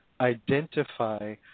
identify